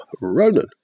Ronan